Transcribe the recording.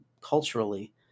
culturally